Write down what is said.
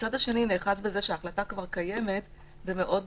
הצד השני נאחז בזה שההחלטה כבר קיימת ומאוד